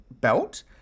belt